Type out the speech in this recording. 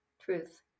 Truth